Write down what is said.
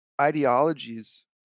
ideologies